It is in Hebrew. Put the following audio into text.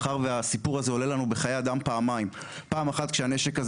מאחר והסיפור הזה עולה לנו בחיי אדם פעמיים: פעם אחת כשהנשק הזה